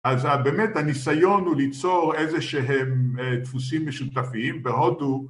אז באמת הניסיון הוא ליצור איזה שהם דפוסים משותפים ועוד הוא...